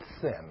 sin